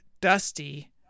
Dusty